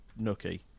nookie